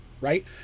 right